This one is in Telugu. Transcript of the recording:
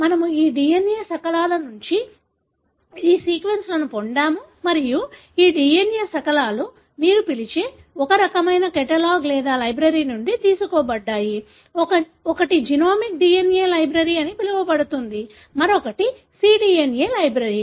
కాబట్టి మేము ఈ DNA శకలాలు నుండి ఈ సీక్వెన్స్లను పొందాము మరియు ఈ DNA శకలాలు మీరు పిలిచే ఒక రకమైన కేటలాగ్ లేదా లైబ్రరీ నుండి తీసుకోబడ్డాయి ఒకటి జెనోమిక్ DNA లైబ్రరీ అని పిలువబడుతుంది మరొకటి cDNA లైబ్రరీ